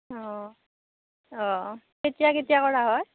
অঁ অঁ কেতিয়া কেতিয়া কৰা হয়